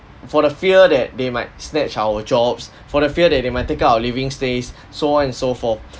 for the fear that they might snatch our jobs for the fear that they might take out our living stays so on and so forth